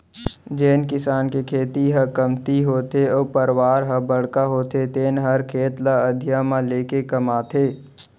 जेन किसान के खेती ह कमती होथे अउ परवार ह बड़का होथे तेने हर खेत ल अधिया म लेके कमाथे